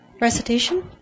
Recitation